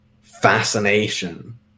fascination